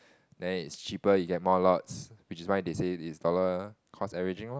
then it's cheaper you get more lots which is why they say is dollar cost every drink lor